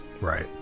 Right